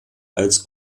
als